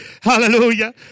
Hallelujah